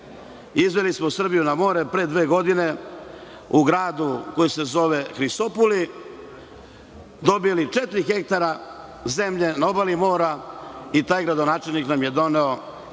Izveli smo Srbiju na more pre dve godine u gradu koji se zovu Hrisopoli. Dobili smo četiri hektara zemlje na obali mora i taj gradonačelnik nam je to doneo